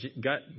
got